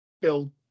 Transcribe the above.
build